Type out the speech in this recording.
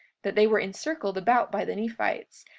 that they were encircled about by the nephites,